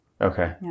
Okay